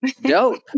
dope